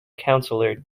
councillor